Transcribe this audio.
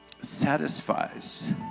satisfies